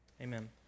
Amen